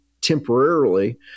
temporarily